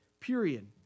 period